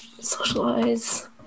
Socialize